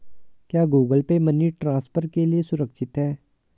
क्या Google Pay money transfer के लिए सुरक्षित है?